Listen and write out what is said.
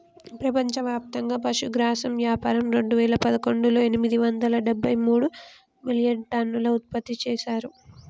ప్రపంచవ్యాప్తంగా పశుగ్రాసం వ్యాపారం రెండువేల పదకొండులో ఎనిమిది వందల డెబ్బై మూడు మిలియన్టన్నులు ఉత్పత్తి చేశారు